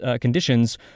conditions